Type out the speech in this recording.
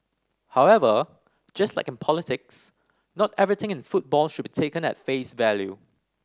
however just like in politics not everything in football should be taken at face value